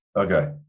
Okay